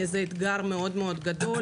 זה אתגר מאוד מאוד גדול.